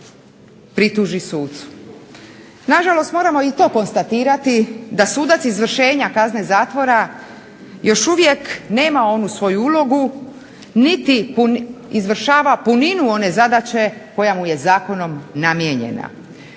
prituži sucu. Nažalost, moramo i to konstatirati da sudac izvršenja kazne zatvora još uvijek nema onu svoju ulogu niti izvršava puninu one zadaće koja mu je zakonom namijenjena.